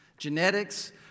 Genetics